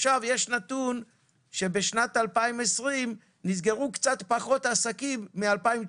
יש נתון שבשנת 2020 נסגרו פחות עסקים מ-2019,